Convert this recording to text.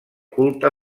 culte